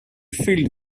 filled